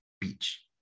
Beach